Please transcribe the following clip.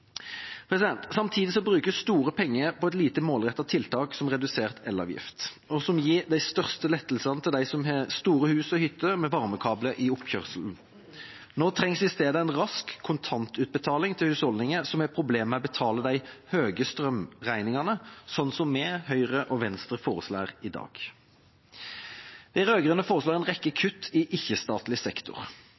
Samtidig brukes store penger på et lite målrettet tiltak som redusert elavgift, som gir de største lettelsene til de som har store hus og hytter med varmekabler i oppkjørselen. Nå trengs i stedet en rask kontantutbetaling til husholdninger som har problemer med å betale de høye strømregningene, slik vi, Høyre og Venstre foreslår i dag. De rød-grønne foreslår en rekke kutt i ikke-statlig sektor: